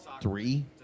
three